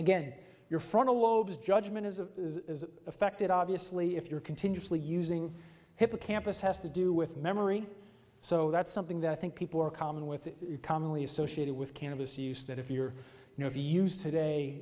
again your frontal lobes judgment is of is affected obviously if you're continuously using hippocampus has to do with memory so that's something that i think people are common with commonly associated with cannabis use that if you're you know if you used today